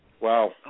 Wow